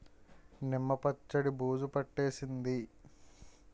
నిమ్మ పచ్చడి బూజు పట్టేసింది